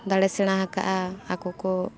ᱫᱟᱲᱮ ᱥᱮᱬᱟ ᱟᱠᱟᱫᱼᱟ ᱟᱠᱚ ᱠᱚ